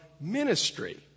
ministry